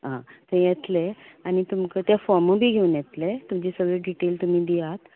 आं ते येतले आनी तुमकां ते फोर्मूय बी घेवन येतले तुमची सगळी डिटेल तुमी दियात